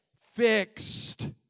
fixed